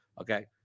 okay